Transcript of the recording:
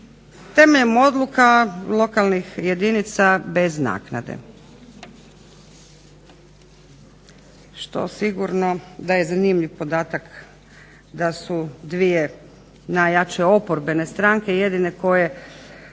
temeljem odluka lokalnih jedinica bez naknade. Što sigurno da je zanimljiv podatak da su dvije najjače oporbene stranke jedine koje